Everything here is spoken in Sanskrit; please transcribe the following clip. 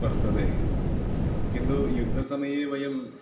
वर्तते किन्तु युद्धसमये वयं